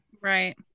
Right